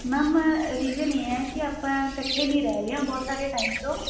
ma'am reason ਇਹ ਹੈ ਕਿ ਆਪਾਂ ਇਕੱਠੇ ਨਹੀਂ ਰਹਿ ਰਹੇ ਹਾਂ ਬਹੁਤ ਸਾਰੇ ਟਾਈਮ ਤੋਂ